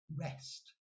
rest